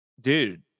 Dude